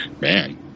Man